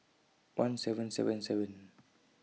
one seven seven seven